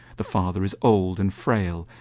the father is old and frail.